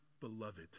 beloved